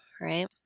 right